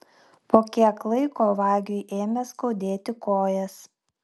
po kiek laiko vagiui ėmė skaudėti kojas